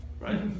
right